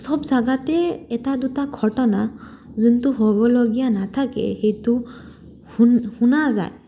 চব জাগাতে এটা দুটা ঘটনা যোনটো হ'বলগীয়া নাথাকে সেইটো শুনা যায়